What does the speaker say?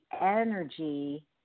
energy